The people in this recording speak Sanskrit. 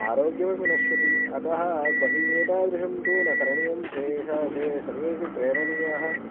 आरोग्यमपि नश्यति अतः बहिः एतादृशं तु न करणियं तेषां ते सर्वेऽपि प्रेरणीयाः